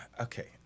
okay